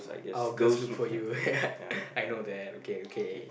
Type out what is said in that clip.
all girls look for you I know that okay okay